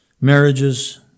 marriages